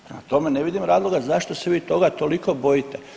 Prema tome ne vidim razloga zašto se vi toga toliko bojite.